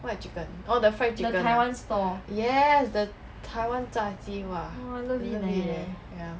what chicken orh the fried chicken ah yes the 台湾炸鸡 !wah! love it eh